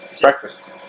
Breakfast